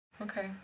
okay